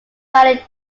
value